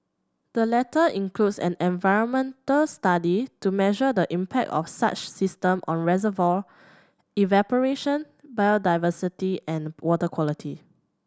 the latter includes an environmental study to measure the impact of such systems on reservoir evaporation biodiversity and water quality